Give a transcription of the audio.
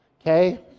okay